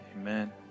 Amen